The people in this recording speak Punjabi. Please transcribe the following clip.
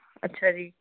ਅੱਛਾ ਜੀ